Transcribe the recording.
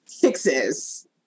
fixes